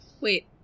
Wait